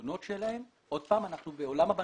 הפיקדונות שלהם שוב אנחנו עסקינן